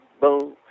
boom